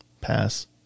Pass